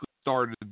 started